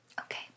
Okay